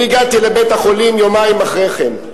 אני הגעתי לבית-החולים יומיים אחרי כן.